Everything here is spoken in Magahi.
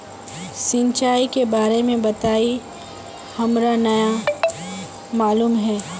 सिंचाई के बारे में बताई हमरा नय मालूम है?